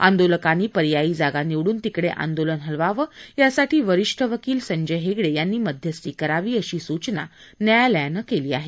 आंदोलकांनी पर्यायी जागा निवडून तिकडे आंदोलन हलवावं यासाठी वरीष्ठ वकील संजय हेगडे यांनी मध्यस्थी करावी अशी सूचना न्यायालयानं केली आहे